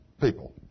people